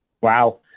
Wow